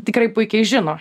tikrai puikiai žino